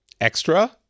extra